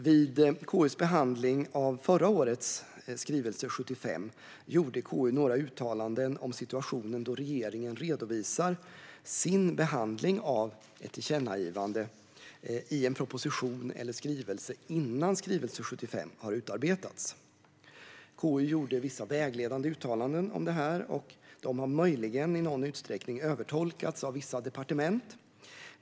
Vid behandlingen av förra årets skrivelse 75 gjorde KU några uttalanden om situationen då regeringen redovisar sin behandling av ett tillkännagivande i en proposition eller skrivelse innan skrivelse 75 har utarbetats. KU gjorde vissa vägledande uttalanden om det här. De har möjligen i någon utsträckning övertolkats av vissa departement.